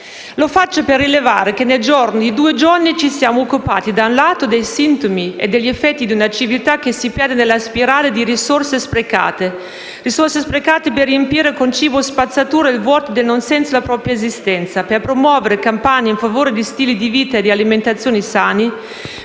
Lo faccio per rilevare che nel giro di due giorni ci siamo occupati, da un lato, dei sintomi e degli effetti di una civiltà che si perde nella spirale di risorse sprecate; risorse sprecate per riempire con cibo spazzatura il vuoto del non senso della propria esistenza, per promuovere campagne in favore di stili di vita e di alimentazione sani,